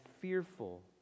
fearful